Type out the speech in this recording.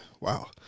wow